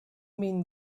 mean